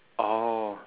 oh